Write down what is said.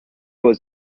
was